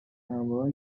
انواع